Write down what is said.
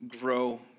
grow